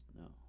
No